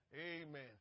Amen